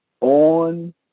on